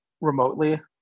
remotely